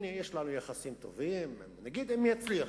הנה, יש לנו יחסים טובים, נגיד אם יצליח.